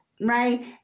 right